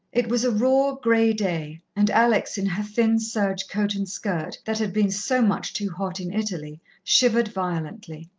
it was a raw, grey day, and alex, in her thin serge coat and skirt, that had been so much too hot in italy, shivered violently.